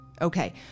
Okay